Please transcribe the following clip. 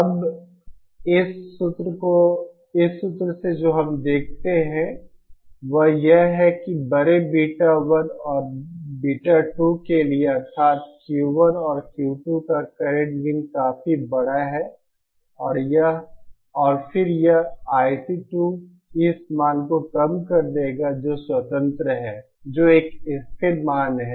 अब इस सूत्र से जो हम देखते हैं वह यह है कि बड़े बीटा 1 और बीटा 2 के लिए अर्थात Q1 और Q2 का करंट गेन काफी बड़ा है और फिर यह IC2 इस मान को कम कर देगा जो स्वतंत्र है जो एक स्थिर मान है